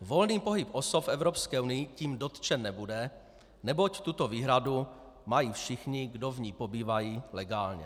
Volný pohyb osob v Evropské unii tím dotčen nebude, neboť tuto výhradu mají všichni, kdo v ní pobývají legálně.